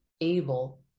able